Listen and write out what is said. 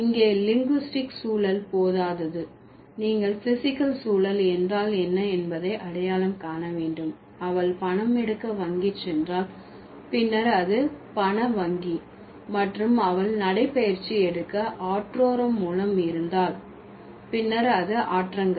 இங்கே லிங்குஸ்டிக் சூழல் போதாது நீங்கள் பிஸிக்கல் சூழல் என்றால் என்ன என்பதை அடையாளம் காண வேண்டும் அவள் பணம் எடுக்க வங்கி சென்றால் பின்னர் அது பண வங்கி மற்றும் அவள் நடைபயிற்சி எடுக்க ஆற்றோரம் மூலம் இருந்தால் பின்னர் அது ஆற்றங்கரை